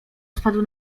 spadł